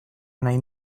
nahi